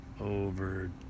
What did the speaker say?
over